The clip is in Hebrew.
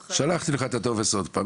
שלחתי לך את הטופס עוד פעם,